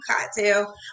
cocktail